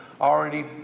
already